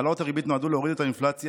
העלאות הריבית נועדו להוריד את האינפלציה,